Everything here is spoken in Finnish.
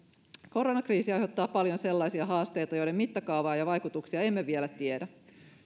koronakriisi aiheuttaa paljon sellaisia haasteita joiden mittakaavaa ja vaikutuksia emme vielä tiedä